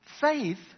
faith